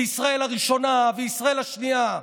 וישראל הראשונה וישראל השנייה.